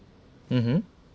mmhmm